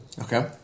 Okay